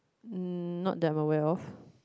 not that I'm aware of